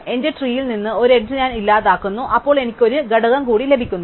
എന്റെ ട്രീയിൽ നിന്ന് ഒരു എഡ്ജ് ഞാൻ ഇല്ലാതാക്കുന്നുഅപ്പോൾ എനിക്ക് ഒരു ഘടകം കൂടി ലഭിക്കുന്നു